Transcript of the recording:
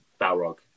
Balrog